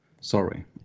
Sorry